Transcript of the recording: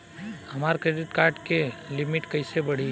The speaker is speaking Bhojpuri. हमार क्रेडिट कार्ड के लिमिट कइसे बढ़ी?